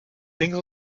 links